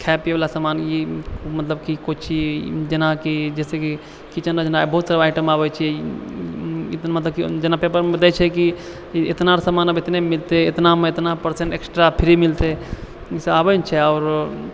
खाय पीयवला सामान ई मतलब की कुछ ई जेनाकि जैसे की किचेन अर जेना बहुत सारा आइटम आबै छै मतलब की जेना पेपरमे बताबै छै की इतनाके सामान आब एतबैमे मिलतै इतनामे इतना पर्सेंट एक्स्ट्रा फ्री मिलतै ई सब आबै ने छै आओर